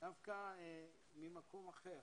דווקא ממקום אחר.